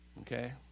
okay